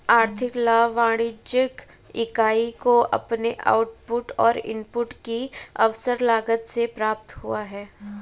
आर्थिक लाभ वाणिज्यिक इकाई को अपने आउटपुट और इनपुट की अवसर लागत से प्राप्त हुआ है